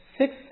six